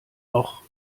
noch